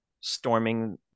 storming